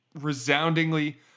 resoundingly